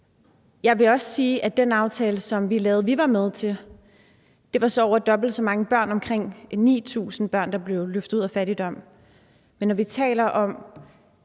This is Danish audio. Jeg vil så også sige, at det med den aftale, som vi var med til at lave, var det over dobbelt så mange børn, omkring 9.000 børn, der blev løftet ud af fattigdom, men når vi taler om